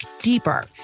deeper